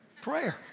Prayer